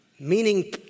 Meaning